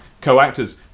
co-actors